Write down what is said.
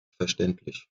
verständlich